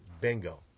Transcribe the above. bingo